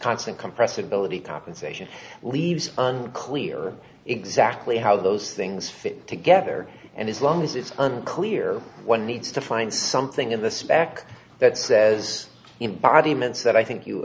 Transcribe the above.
constant compressibility compensation leaves on clear exactly how those things fit together and as long as it's unclear one needs to find something in the spec that says arguments that i think you